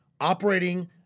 operating